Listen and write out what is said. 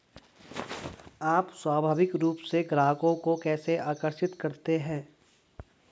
आप स्वाभाविक रूप से ग्राहकों को कैसे आकर्षित करते हैं?